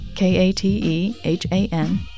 K-A-T-E-H-A-N